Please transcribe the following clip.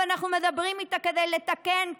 ואנחנו מדברים איתה כדי לתקן,